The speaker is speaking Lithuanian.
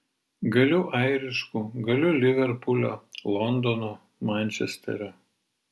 galiu airišku galiu liverpulio londono mančesterio